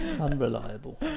Unreliable